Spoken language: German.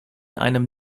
einem